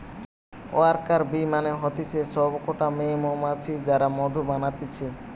worker bee মানে হতিছে সব কটা মেয়ে মৌমাছি যারা মধু বানাতিছে